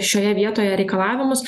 šioje vietoje reikalavimus